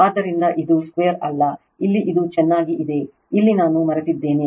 ಆದ್ದರಿಂದ ಇದು 2ಅಲ್ಲ ಇಲ್ಲಿ ಇದು ಚೆನ್ನಾಗಿ ಇದೆ ಇಲ್ಲಿ ನಾನು ಮರೆತಿದ್ದೇನೆ